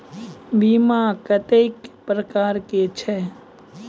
बीमा कत्तेक प्रकारक छै?